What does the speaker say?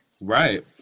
Right